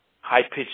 high-pitched